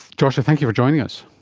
joshua, thank you for joining us.